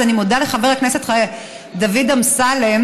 אז אני מודה לחבר הכנסת דוד אמסלם,